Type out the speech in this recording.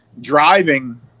driving